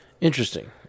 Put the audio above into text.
Interesting